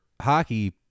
hockey